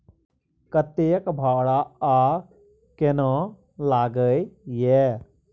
कतेक भाड़ा आ केना लागय ये?